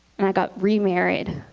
and i got remarried.